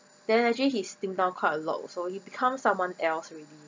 then actually his slim down quite a lot also he become someone else already